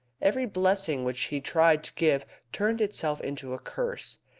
every blessing which he tried to give turned itself into a curse.